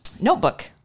notebook